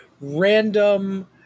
random